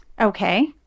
Okay